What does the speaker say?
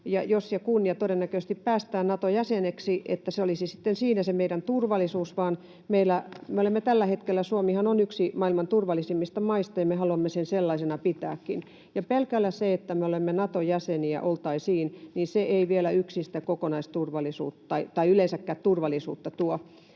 jos ja kun ja todennäköisesti päästään Nato-jäseneksi, niin se olisi sitten siinä se meidän turvallisuus, vaan Suomihan on tällä hetkellä yksi maailman turvallisimmista maista ja me haluamme sen sellaisena pitääkin. Ja pelkästään se, että me oltaisiin Naton jäseniä, ei vielä yksin sitä kokonaisturvallisuutta tai yleensäkään turvallisuutta tuo.